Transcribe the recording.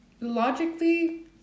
logically